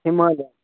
Himalaya